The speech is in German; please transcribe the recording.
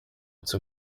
zur